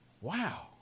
wow